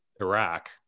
Iraq